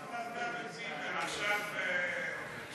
נכנס עכשיו ביטן.